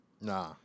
Nah